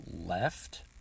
left